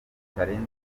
kitarenze